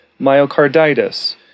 myocarditis